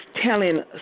telling